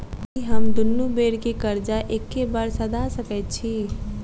की हम दुनू बेर केँ कर्जा एके बेर सधा सकैत छी?